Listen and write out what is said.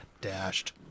Dashed